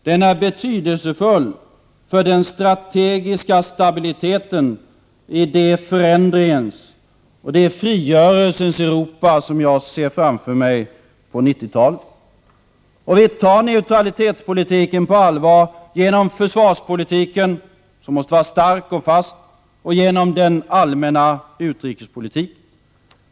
Den är betydelsefull för den strategiska stabiliteten i det förändringens och det frigörelsens Europa som jag ser framför mig på 90-talet. Vi tar neutralitetspolitiken på allvar genom försvarspolitik, som måste vara stark och fast, och genom den allmänna utrikespolitiken.